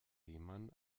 lehmann